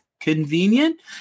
convenient